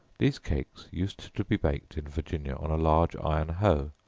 these cakes used to be baked in virginia on a large iron hoe,